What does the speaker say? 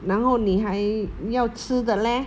然后你还要吃的 leh